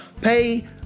Pay